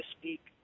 speak